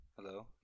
Hello